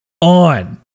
on